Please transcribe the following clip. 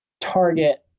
target